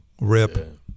rip